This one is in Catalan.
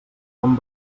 bon